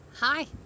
Hi